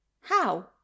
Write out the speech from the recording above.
How